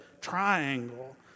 triangle